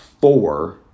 Four